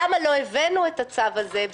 למה לא הבאנו את הצו הזה?